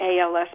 ALS